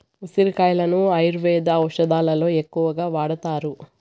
ఉసిరి కాయలను ఆయుర్వేద ఔషదాలలో ఎక్కువగా వాడతారు